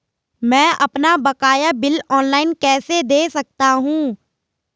मैं अपना बकाया बिल ऑनलाइन कैसे दें सकता हूँ?